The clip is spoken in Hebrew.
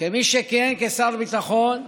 כמי שכיהן כשר ביטחון,